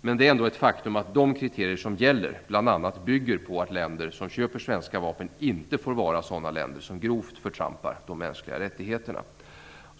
Det är ändå ett faktum att de kriterier som gäller bl.a. bygger på att länder som köper svenska vapen inte får vara sådana länder som grovt förtrampar de mänskliga rättigheterna.